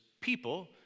people